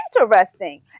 interesting